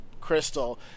Crystal